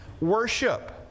worship